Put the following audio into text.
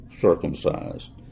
circumcised